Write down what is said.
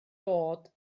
dod